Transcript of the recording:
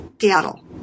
Seattle